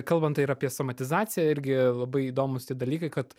kalbant ir apie somatizaciją irgi labai įdomūs tie dalykai kad